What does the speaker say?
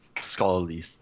scholarly